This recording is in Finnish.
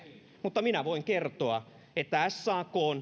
mutta minä voin kertoa että sakn